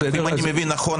אם אני מבין נכון,